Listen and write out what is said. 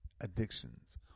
addictions